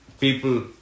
people